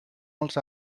els